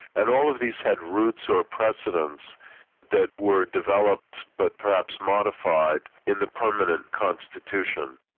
and all of this had roots or precedents that were developed but perhaps modified in the permanent constitution.